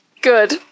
Good